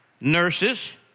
nurses